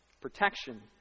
Protection